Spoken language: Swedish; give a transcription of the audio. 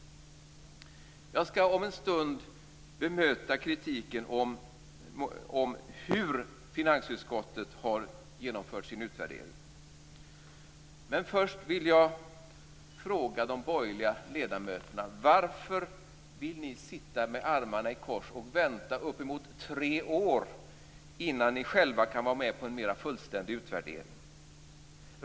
Jag skall om en stund bemöta kritiken mot hur finansutskottet har genomfört sin utvärdering. Men först vill jag fråga de borgerliga ledamöterna: Varför vill ni sitta med armarna i kors och vänta uppemot tre år innan ni själva kan vara med på en mera fullständig utvärdering?